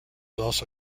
also